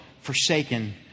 forsaken